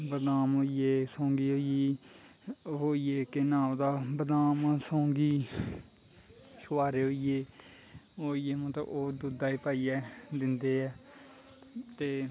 बदाम होईये सौंगी होई गेई ओह् होईये केह् नांऽ बदाम सौंगी शोहारे ओह् होईये ते मतलव दुध्दा च पाईयै दिंदे ऐ ते